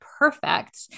perfect